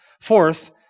Fourth